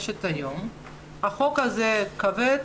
החוק הזה כבד